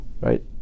right